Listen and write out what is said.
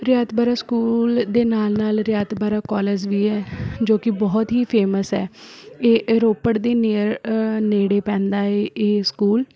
ਰਿਆਤ Bahra school ਦੇ ਨਾਲ਼ ਨਾਲ਼ ਰਿਆਤ ਬਾਹਰਾ ਕੋਲਿਜ ਵੀ ਹੈ ਜੋ ਕਿ ਬਹੁਤ ਹੀ ਫੇਮਸ ਹੈ ਇਹ ਅ ਰੋਪੜ ਦੇ ਨੀਅਰ ਨੇੜੇ ਪੈਂਦਾ ਹੈ ਇਹ ਇਹ ਸਕੂਲ